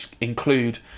include